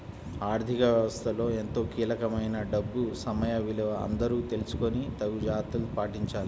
ఆర్ధిక వ్యవస్థలో ఎంతో కీలకమైన డబ్బు సమయ విలువ అందరూ తెలుసుకొని తగు జాగర్తలు పాటించాలి